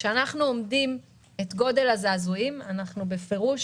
כשאנחנו אומדים את גודל הזעזועים אנחנו בפירוש